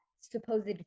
supposed